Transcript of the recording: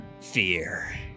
Fear